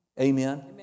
Amen